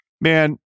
man